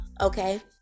Okay